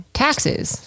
taxes